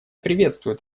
приветствует